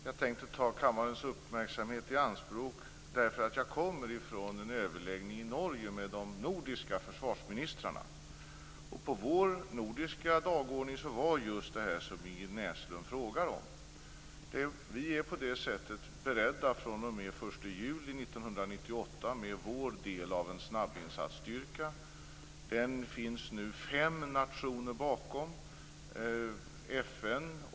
Herr talman! Jag tänkte ta kammarens uppmärksamhet i anspråk eftersom jag kommer från en överläggning i Norge med de nordiska försvarsministrarna. På vår nordiska dagordning fanns just det som Ingrid Näslund frågar om. Vi är på det sättet beredda fr.o.m. den 1 juli 1998 med vår del av en snabbinsatsstyrka. Det finns nu fem nationer bakom denna.